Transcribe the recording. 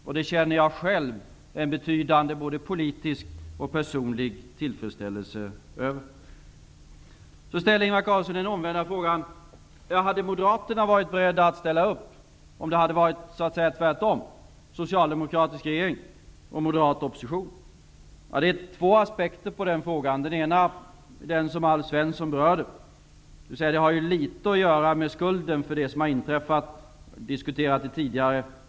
Jag känner själv en betydande politisk och personlig tillfredsställelse över det. Ingvar Carlsson ställer frågan om Moderaterna hade varit beredda att ställa upp om situationen hade varit den omvända, med en socialdemokratisk regering och moderat opposition. Det finns två aspekter på den frågan. Den ena är den som Alf Svensson berörde. Det har ju en del att göra med skulden för det som har inträffat. Vi har diskuterat det tidigare.